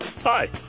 Hi